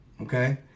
okay